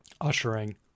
ushering